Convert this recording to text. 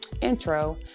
intro